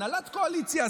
הנהלת הקואליציה,